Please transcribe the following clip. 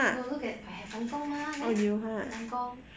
no look at I have kang kong 吗呐 kang kong